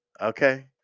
Okay